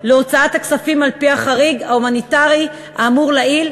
להוצאת הכספים על-פי החריג ההומניטרי האמור לעיל,